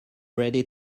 ready